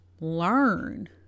learn